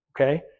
Okay